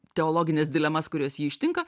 teologines dilemas kurios jį ištinka